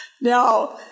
Now